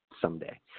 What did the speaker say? someday